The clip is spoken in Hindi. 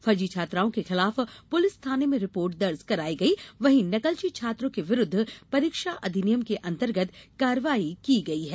फर्जी छात्राओं के खिलाफ पुलिस थाने में रिपोर्ट दर्ज कराई गई वहीं नकलची छात्रों के विरूद्व परीक्षा अधिनियम के अंर्तगत कार्रवाई की गयी है